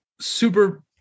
super